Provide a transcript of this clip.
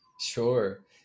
sure